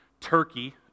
Turkey